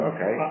Okay